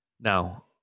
Now